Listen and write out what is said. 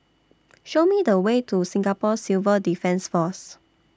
Show Me The Way to Singapore Civil Defence Force